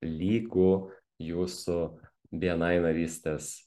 lygu jūsų bni narystės